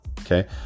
Okay